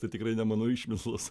tai tikrai ne mano išmislas